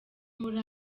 muri